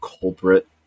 culprit